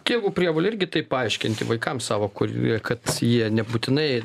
tėvų prievolė irgi tai paaiškinti vaikams savo kur ir kad jie nebūtinai